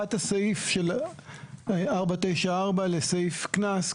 הפיכת סעיף 494 לסעיף קנס,